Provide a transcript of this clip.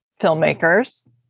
filmmakers